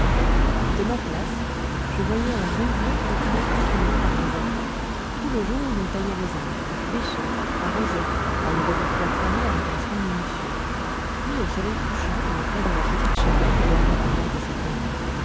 de ma place je voyais un bon vieux trottiner tranquillement par les allées tout le jour il taillait les arbres bêchait arrosait enlevait les fleurs fanées avec un soin minutieux puis au soleil couchant il entrait dans la petite chapelle où dormaient les morts de sa famille